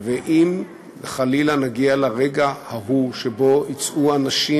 ואם חלילה נגיע לרגע ההוא שבו יצאו אנשים